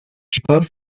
during